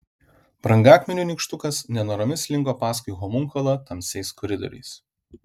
brangakmenių nykštukas nenoromis slinko paskui homunkulą tamsiais koridoriais